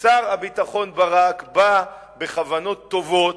שר הביטחון ברק בא בכוונות טובות,